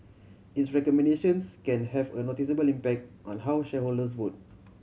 its recommendations can have a noticeable impact on how shareholders vote